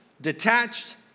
detached